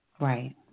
Right